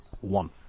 one